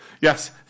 Yes